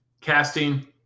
casting